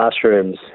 classrooms